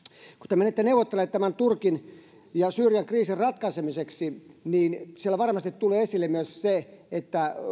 te menette neuvottelemaan tämän turkin ja syyrian kriisin ratkaisemiseksi niin niin siellä varmasti tulee esille myös se